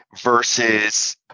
versus